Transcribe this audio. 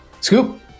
Scoop